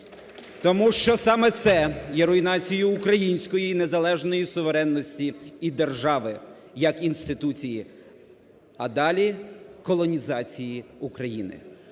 тому що саме це є руйнацією української незалежності, суверенності і держави як інституції, а далі – колонізації України.